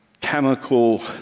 chemical